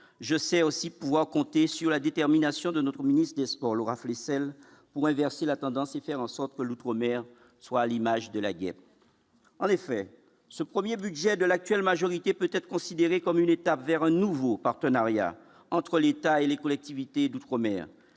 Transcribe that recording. je sais aussi pouvoir compter sur la détermination de notre ministre des Sports Laura Flessel pour inverser la tendance et faire en sorte que l'outre-mer, soit à l'image de la guerre, en effet, ce 1er budget de l'actuelle majorité peut-être considéré comme une étape vers un nouveau partenariat entre l'État et les collectivités d'outre-mer